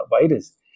virus